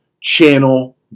channel